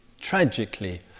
tragically